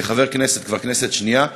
כחבר כנסת כבר כנסת שנייה,